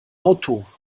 auto